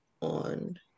on